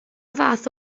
fath